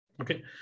Okay